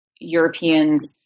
Europeans